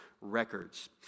records